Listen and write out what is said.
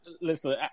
Listen